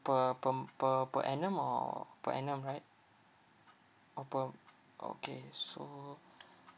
per per m~ per per annum or per annum right or per m~ okay so